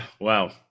wow